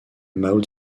mao